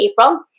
April